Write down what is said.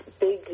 big